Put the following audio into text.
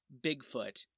Bigfoot